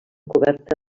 coberta